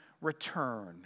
return